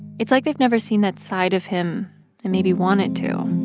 it's like they've never seen that side of him and maybe wanted to